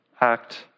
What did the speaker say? act